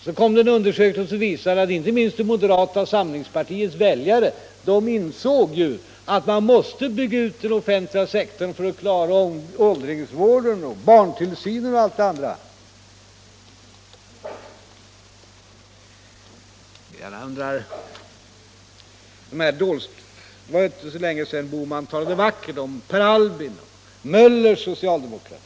Så kom det en undersökning som visade att inte minst moderata samlingspartiets väljare insåg att man måste bygga ut den offentliga sektorn för att klara åldringsvården, barntillsynen och allt det andra. Det var inte så länge sedan herr Bohman talade vackert om Per Albins och Möllers socialdemokrati.